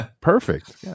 Perfect